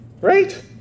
right